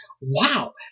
Wow